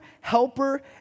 helper